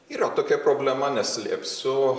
yra tokia problema neslėpsiu